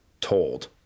told